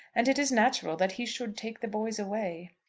and it is natural that he should take the boys away.